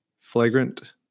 Flagrant